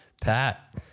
Pat